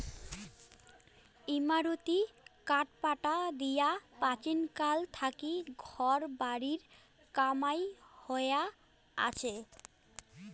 ইমারতী কাঠপাটা দিয়া প্রাচীনকাল থাকি ঘর বাড়ির কামাই হয়া আচে